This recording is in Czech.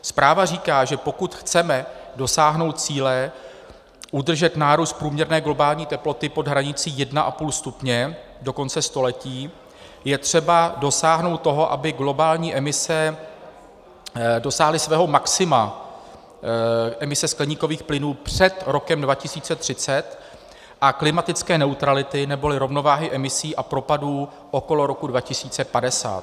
Zpráva říká, že pokud chceme dosáhnout cíle udržet nárůst průměrné globální teploty pod hranicí 1,5 stupně do konce století, je třeba dosáhnout toho, aby globální emise dosáhly svého maxima, emise skleníkových plynů, před rokem 2030 a klimatické neutrality neboli rovnováhy emisí a propadů okolo roku 2050.